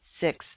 six